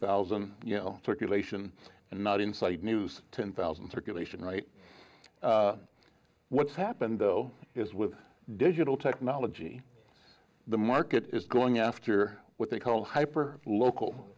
thousand you know circulation and not inside news ten thousand circulation right what's happened though is with digital technology the market is going after what they call hyper local